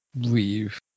leave